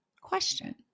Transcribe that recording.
question